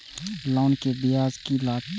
Loan के ब्याज की लागते?